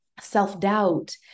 self-doubt